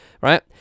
right